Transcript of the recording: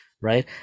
right